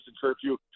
Curfew